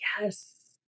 Yes